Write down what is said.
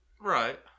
Right